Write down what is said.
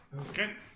Okay